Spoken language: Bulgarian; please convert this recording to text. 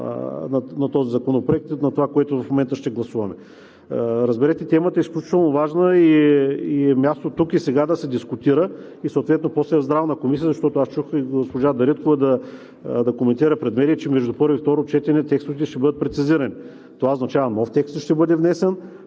на този законопроект и на това, което в момента ще гласуваме. Разберете, темата е изключително важна тук и сега е мястото да се дискутира и съответно после в Здравната комисия, защото аз чух и госпожа Дариткова да коментира пред медии, че между първо и второ четене текстовете ще бъдат прецизирани. Това означава, че нов текст ли ще бъде внесен